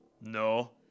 No